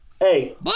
Hey